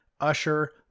Usher